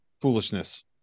foolishness